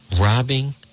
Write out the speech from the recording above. robbing